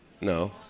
No